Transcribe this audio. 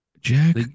Jack